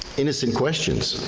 innocent questions,